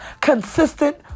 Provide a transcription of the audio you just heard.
consistent